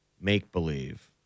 make-believe